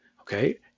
okay